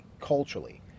culturally